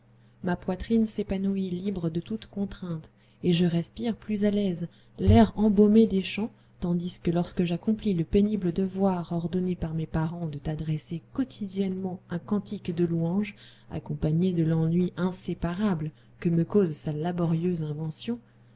ma poitrine s'épanouit libre de toute contrainte et je respire plus à l'aise l'air embaumé des champs tandis que lorsque j'accomplis le pénible devoir ordonné par mes parents de t'adresser quotidiennement un cantique de louanges accompagné de l'ennui inséparable que me cause sa laborieuse invention